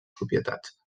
propietats